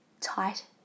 tight